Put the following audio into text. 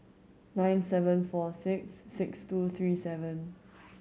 nine seven four six six two three seven